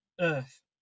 earth